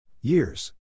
Years